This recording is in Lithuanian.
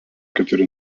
keturi